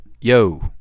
Yo